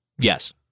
Yes